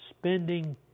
spending